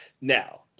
Now